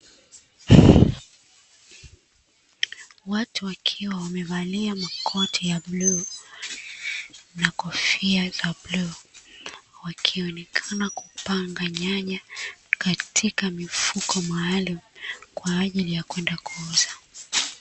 Watu wakiwa wamevalia makoti ya bluu na kofia za bluu, wakionekana kupanga nyanya katika mifuko maalumu kwaajili ya kwenda kuuza.